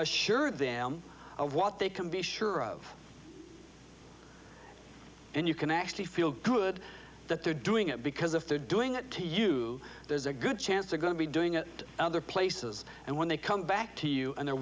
assure them of what they can be sure of and you can actually feel good that they're doing it because if they're doing it to you there's a good chance they're going to be doing it other places and when they come back to you and they're